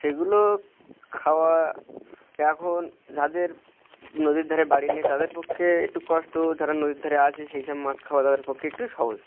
সেগুলো খাওয়া এখন যাদের নদীর ধারে বাড়ি নেই তাদের পক্ষে একটু কষ্ট তারা নদীর ধারে আছে সেই সব মাছ খাওয়া তাদের পক্ষে একটু সহজ